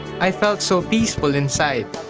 i felt so peaceful inside.